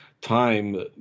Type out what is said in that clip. time